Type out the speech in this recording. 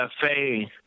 cafe